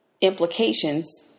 implications